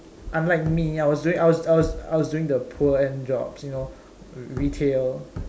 unlike me I was doing I was I was doing the poor end jobs you know retail